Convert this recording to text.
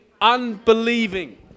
unbelieving